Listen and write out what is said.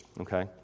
okay